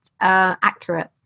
accurate